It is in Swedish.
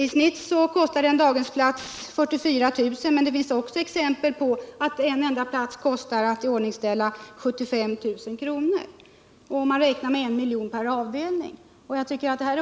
I snitt kostar en daghemsplats 44 000 kr., men det finns exempel på att en enda plats kan kosta 75 000 kr. att iordningsställa, och man räknar med en kostnad av I milj.kr. per avdelning.